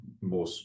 more